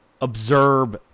observe